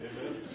Amen